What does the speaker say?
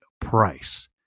price